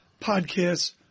podcasts